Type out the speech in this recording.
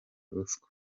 ruswa